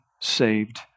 saved